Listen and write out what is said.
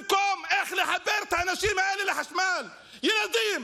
במקום איך לחבר את האנשים האלה לחשמל, ילדים,